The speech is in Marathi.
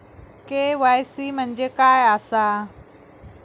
के.वाय.सी म्हणजे काय आसा?